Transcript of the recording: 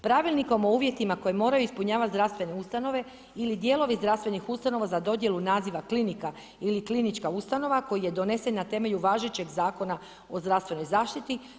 Pravilnikom o uvjetima koji moraju ispunjavati zdravstvene ustanove ili dijelovi zdravstvenih ustanova za dodjelu naziva klinika ili klinička ustanova koji je donesen na temelju važećeg zakona o zdravstvenoj zaštiti.